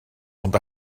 ond